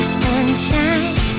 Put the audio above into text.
sunshine